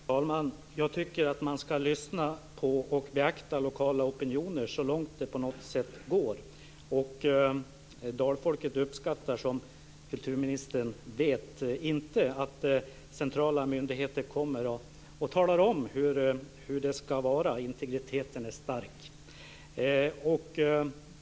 Fru talman! Jag tycker att man ska lyssna på och beakta lokala opinioner så långt det på något sätt går. Dalfolket uppskattar inte, som kulturministern vet, att centrala myndigheter kommer och talar om hur det ska vara. Integriteten är stark.